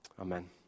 amen